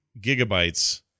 gigabytes